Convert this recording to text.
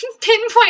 pinpoint